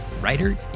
writer